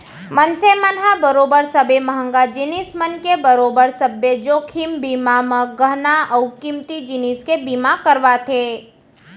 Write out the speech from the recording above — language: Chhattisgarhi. मनसे मन ह बरोबर सबे महंगा जिनिस मन के बरोबर सब्बे जोखिम बीमा म गहना अउ कीमती जिनिस के बीमा करवाथे